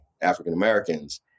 African-Americans